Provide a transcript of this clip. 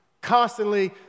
constantly